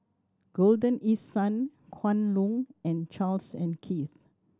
Golden East Sun Kwan Loong and Charles and Keith